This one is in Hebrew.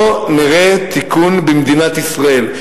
לא נראה תיקון במדינת ישראל.